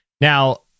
Now